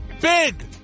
Big